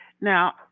Now